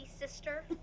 sister